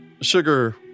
Sugar